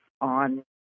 on